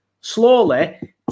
slowly